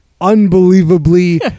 unbelievably